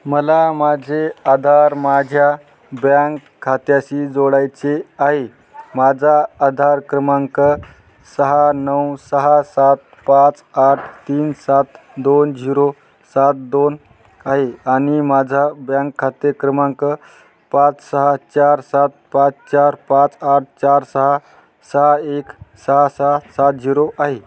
मला माझे आधार माझ्या बँक खात्याशी जोडायचे आहे माझा आधार क्रमांक सहा नऊ सहा सात पाच आठ तीन सात दोन झिरो सात दोन आहे आणि माझा बँक खाते क्रमांक पाच सहा चार सात पाच चार पाच आठ चार सहा सहा एक सहा सहा सात झिरो आहे